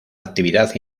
actividad